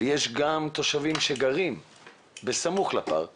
ויש גם תושבים שגרים בסמוך לפארק